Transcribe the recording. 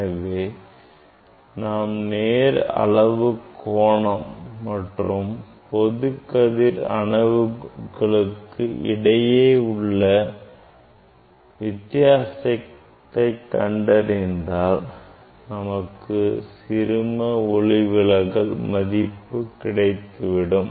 எனவே நாம் நேர் அளவு கோணம் மற்றும் பொதுக் கதிர் அளவுகளுக்கு இடையே உள்ள வித்தியாசத்தை கண்டறிந்தால் நமக்கு சிறும ஒளிவிலகல் மதிப்பு கிடைத்துவிடும்